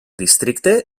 districte